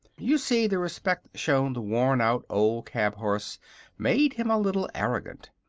you see, the respect shown the worn-out old cab-horse made him a little arrogant,